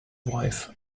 wife